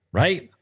right